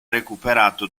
recuperato